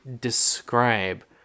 describe